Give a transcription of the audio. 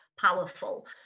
powerful